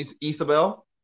isabel